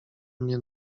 mnie